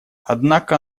однако